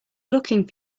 looking